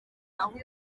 ahubwo